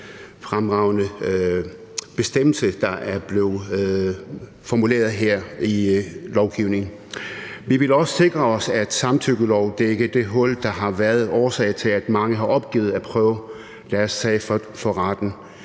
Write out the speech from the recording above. fremragende bestemmelse, der her er blevet formuleret i lovgivning. Vi ville også sikre os, at en samtykkelov dækkede det hul, der har været årsag til, at mange har opgivet at prøve deres sag for retten.